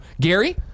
Gary